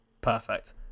Perfect